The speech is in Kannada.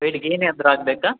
ವೆಯ್ಟ್ ಗೈನ್ ಆದ್ರೂ ಆಗಬೇಕಾ